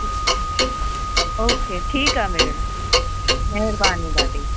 okay ठीकु आहे भेण महिरबानी ॾाढी